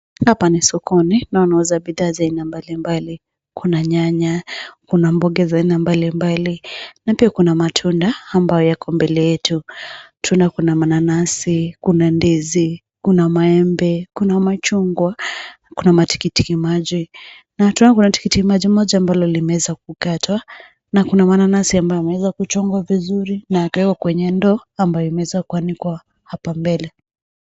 Hapa ni sokonina wanauza bidhaa za aina mbalimbali. Kuna nyanya, kuna mboga za aina mbalimbali na pia kuna matunda ambay yako mbele yetu. Tena kuna mananasi, kuna ndizi, kuna maembe, kuna machungwa, kuna matikitimaji na tena kuna tikitimaji moja ambalo limeweza kukatwa na kuna mananasi ambayo yameweza kuchongwa vizuri na yakawekwa kwenye ndoo ambayo imeweza kuanikwa hapa mbele.